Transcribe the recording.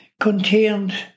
contained